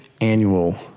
annual